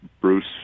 Bruce